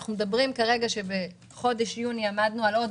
אנחנו אומרים שבחודש יוני עמדנו על עוד